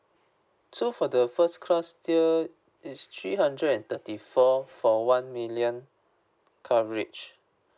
so for the first class tier it's three hundred and thirty four four one million coverage